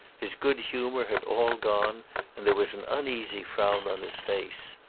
his good humour had all gone and there was an uneasy frown on his face.